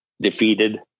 defeated